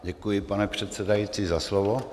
Děkuji, pane předsedající, za slovo.